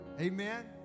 Amen